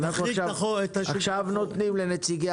אנחנו עכשיו נותנים לנציגי